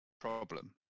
problem